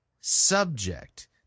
subject